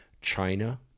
China